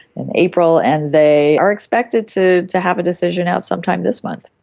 in april. and they are expected to to have a decision out sometime this month.